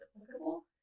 applicable